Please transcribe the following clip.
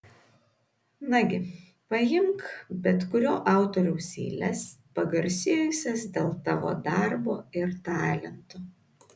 nagi paimk bet kurio autoriaus eiles pagarsėjusias dėl tavo darbo ir talento